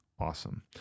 Awesome